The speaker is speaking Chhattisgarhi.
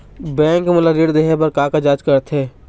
बैंक मोला ऋण देहे बार का का जांच करथे?